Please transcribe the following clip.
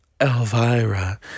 Elvira